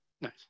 nice